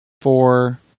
four